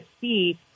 see